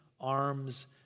arms